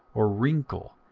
or wrinkle,